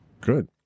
Good